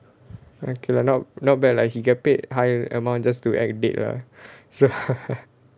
okay lah not not bad lah he get paid high amount just to act dead lah so